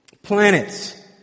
Planets